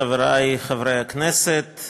חברי חברי הכנסת,